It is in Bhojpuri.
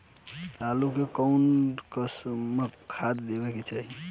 आलू मे कऊन कसमक खाद देवल जाई?